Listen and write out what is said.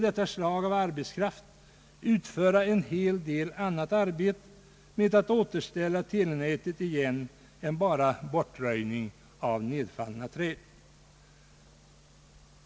Detta slag av arbetskraft kunde kanske också utföra en hel del annat arbete för att reparera telenätet än bara bortröjning av nedfallna träd.